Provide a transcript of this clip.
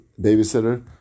babysitter